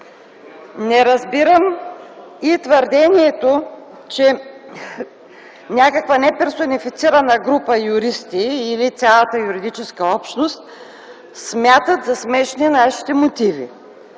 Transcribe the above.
Не разбирам и твърдението, че някаква неперсонифицирана група юристи или цялата юридическа общност смятат за смешни нашите мотиви.